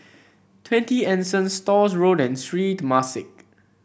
Twenty Anson Stores Road and Sri Temasek